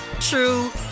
true